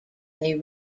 they